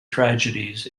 tragedies